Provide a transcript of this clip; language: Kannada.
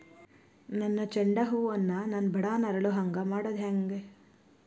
ನನ್ನ ಚಂಡ ಹೂ ಅನ್ನ ನಾನು ಬಡಾನ್ ಅರಳು ಹಾಂಗ ಮಾಡೋದು ಹ್ಯಾಂಗ್?